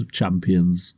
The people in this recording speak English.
champions